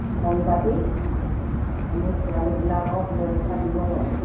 সং পাতি আমি ছোৱালীবিলাকৰ সুৰক্ষা দিব লাগে